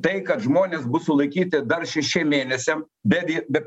tai kad žmonės bus sulaikyti dar šešiem mėnesiam be vie be